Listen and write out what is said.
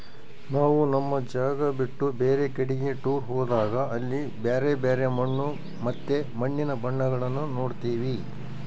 ನಾವು ನಮ್ಮ ಜಾಗ ಬಿಟ್ಟು ಬೇರೆ ಕಡಿಗೆ ಟೂರ್ ಹೋದಾಗ ಅಲ್ಲಿ ಬ್ಯರೆ ಬ್ಯರೆ ಮಣ್ಣು ಮತ್ತೆ ಮಣ್ಣಿನ ಬಣ್ಣಗಳನ್ನ ನೋಡ್ತವಿ